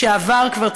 לשעבר כבר,